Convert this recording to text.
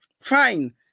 fine